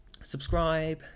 subscribe